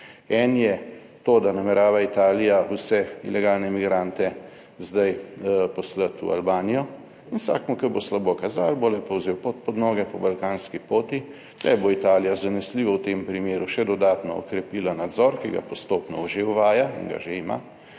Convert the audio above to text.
En je to, da namerava Italija vse ilegalne migrante zdaj poslati v Albanijo in vsakemu, ki bo slabo kazalo, bo lepo vzel pot pod noge po balkanski poti. Tu bo Italija zanesljivo v tem primeru še dodatno okrepila nadzor, ki ga postopno že uvaja in ga že ima